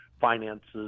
finances